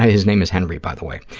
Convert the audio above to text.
his name is henry, by the way.